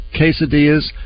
quesadillas